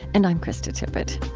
and i'm krista tippett